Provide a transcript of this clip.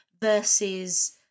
versus